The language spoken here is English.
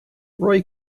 roy